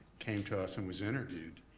came to us and was interviewed